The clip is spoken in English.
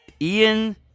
Ian